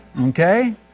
okay